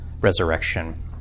resurrection